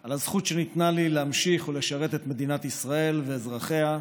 על הזכות שניתנה לי להמשיך ולשרת את מדינת ישראל ואזרחיה,